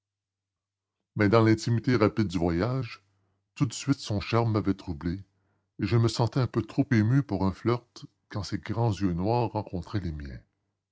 mais dans l'intimité rapide du voyage tout de suite son charme m'avait troublé et je me sentais un peu trop ému pour un flirt quand ses grands yeux noirs rencontraient les miens